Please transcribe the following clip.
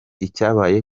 icyabaye